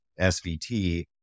SVT